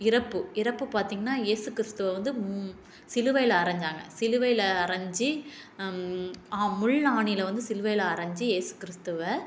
இறப்பு இறப்பு பார்த்திங்ன்னா ஏசு கிறிஸ்துவை வந்து சிலுவையில் அறைஞ்சாங்க சிலுவையில் அறைஞ்சி முள் ஆணியில் வந்து சிலுவையில் அறைஞ்சி ஏசு கிறிஸ்துவை